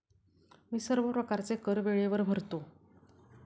मी सर्व प्रकारचे कर वेळेवर भरतो